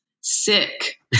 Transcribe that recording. sick